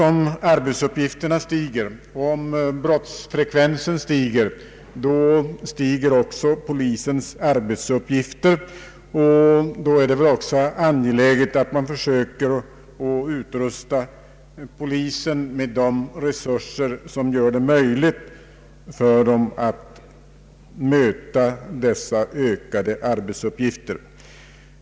Om brottsfrekvensen stiger ökar även polisens arbetsuppgifter. Då är det angeläget att man försöker utrusta polisen med de resurser som gör det möjligt för polisen att möta sina ökade arbetsuppgifter.